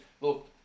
look